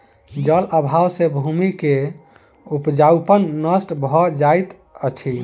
जल अभाव सॅ भूमि के उपजाऊपन नष्ट भ जाइत अछि